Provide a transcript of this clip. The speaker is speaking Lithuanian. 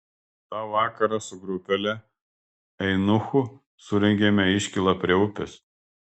tą vakarą su grupele eunuchų surengėme iškylą prie upės